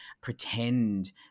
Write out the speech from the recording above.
pretend